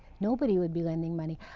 nobody would be lending money.